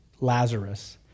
Lazarus